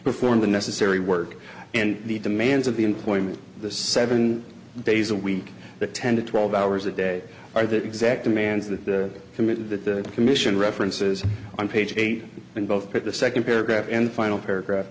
perform the necessary work and the demands of the employment the seven days a week that ten to twelve hours a day are the exact demands that the committee that the commission references on page eight and both put the second paragraph and final paragraph